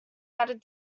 added